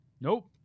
Nope